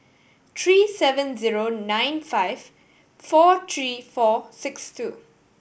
three seven zero nine five four three four six two